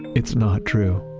it's not true.